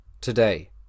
Today